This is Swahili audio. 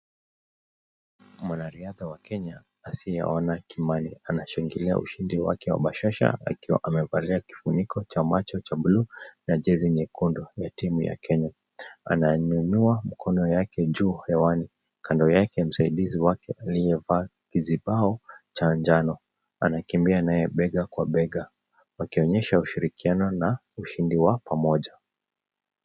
Mwanariadha wa Kenya, asiye ona kimbali, anashangilia ushindi wake wa bashasha akiwa amevalia kifuniko cha macho cha buluu na jezi nyekundu , ya timu ya Kenya, anainua mikono yake juu hewani, kando yake msaidizi wake aliyevaa kizibao cha njano, anakimbia naye bega kwa bega wakionyesha ushirikiano ushindi wa pamoja.